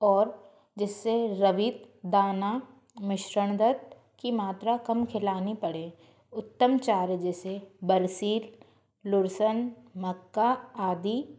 और जिससे रवित दाना मिश्रण दर की मात्रा कम खिलानी पड़े उत्तम चारे जैसे बरसिर लूरसन मक्का आदि